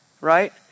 Right